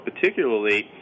particularly